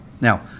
Now